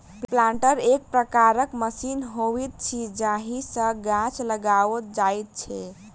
planter एक प्रकारक machine होइत अछि जाहि सॅ गाछ लगाओल जाइत छै